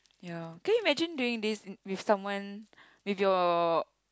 ya can you imagine doing this with someone with your